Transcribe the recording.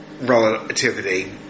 relativity